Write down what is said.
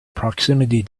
proximity